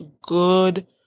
good